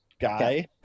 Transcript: guy